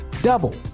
Double